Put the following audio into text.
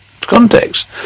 context